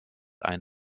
ein